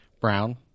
Brown